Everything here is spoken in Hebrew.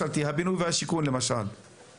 קיבלתי, זה יהיה חלק מהמסקנות וחלק מהמעקב שלנו.